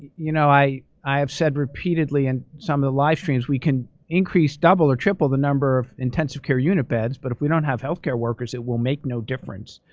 you know, i i have said repeatedly in some the live streams, we can increase double or triple the number of intensive care unit beds, but if we don't have healthcare workers it will make no difference.